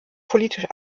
politisch